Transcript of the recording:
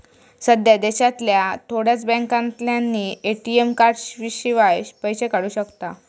सध्या देशांतल्या थोड्याच बॅन्कांतल्यानी ए.टी.एम कार्डशिवाय पैशे काढू शकताव